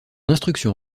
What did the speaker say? instruction